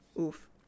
Oof